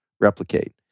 replicate